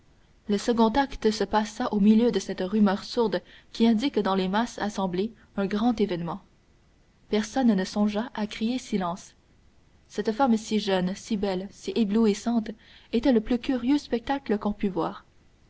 le second acte se passa au milieu de cette rumeur sourde qui indique dans les masses assemblées un grand événement personne ne songea à crier silence cette femme si jeune si belle si éblouissante était le plus curieux spectacle qu'on pût voir